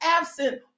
absent